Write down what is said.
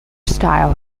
style